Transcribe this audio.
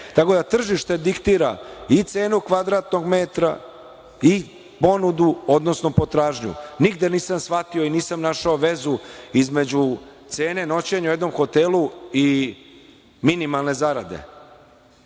da, tržište diktira i cenu kvadratnog metra i ponudu, odnosno potražnju. Nigde nisam shvatio i nisam našao vezu između cene noćenja u jednom hotelu i minimalne zarade.